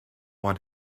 want